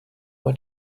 what